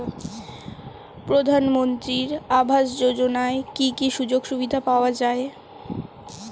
প্রধানমন্ত্রী আবাস যোজনা কি কি সুযোগ সুবিধা পাওয়া যাবে?